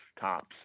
tops